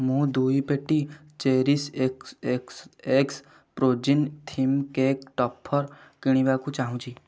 ମୁଁ ଦୁଇ ପେଟି cherries x x x frozen theme cake topper କିଣିବାକୁ ଚାହୁଁଛି